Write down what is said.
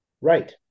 Right